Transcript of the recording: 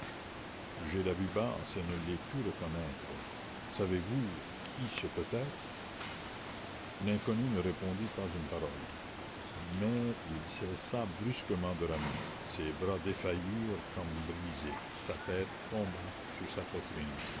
j'ai la vue basse et ne l'ai pu reconnaître savez-vous qui ce peut être l'inconnu ne répondit pas une parole mais il cessa brusquement de ramer ses bras défaillirent comme brisés sa tête tomba sur sa poitrine